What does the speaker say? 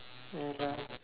mm ya